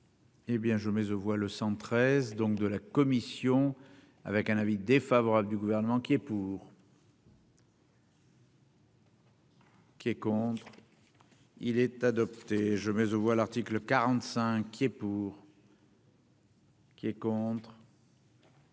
Hé bien je mais on voit le 113, donc de la commission avec un avis défavorable du gouvernement qui est pour. Qui est contre, il est adopté, je mets aux voix, l'article 45 est pour. Qui est contre.